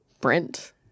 Brent